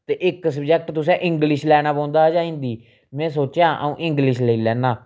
ते इक सब्जैक्ट तुसें इंग्लिश लैना पौंदा जां हिंदी में सोचेआ अ'ऊं इंग्लिश लेई लैन्ना